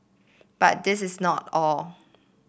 but this is not all